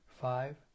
five